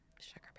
Sugar